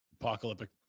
apocalyptic